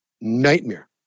nightmare